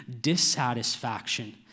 dissatisfaction